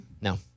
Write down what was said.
No